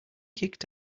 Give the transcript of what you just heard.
kicked